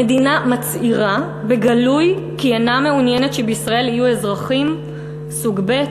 המדינה מצהירה בגלוי כי היא אינה מעוניינת שבישראל יהיו אזרחים סוג ב',